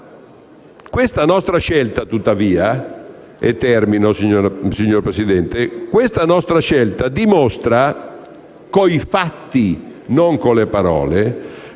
Questa nostra scelta, tuttavia, dimostra con i fatti, e non con le parole,